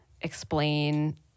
explain